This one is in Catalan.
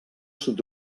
sud